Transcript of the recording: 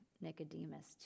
Nicodemus